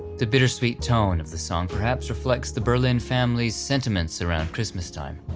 the bittersweet tone of the song perhaps reflects the berlin family's sentiments around christmastime.